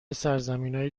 سرزمینای